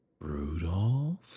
Rudolph